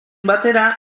batera